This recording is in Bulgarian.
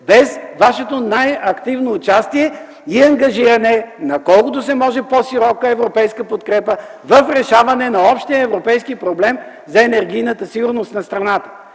без Вашето най-активно участие и ангажиране на колкото се може по-широка европейска подкрепа в решаването на общия европейски проблем за енергийната сигурност на страната.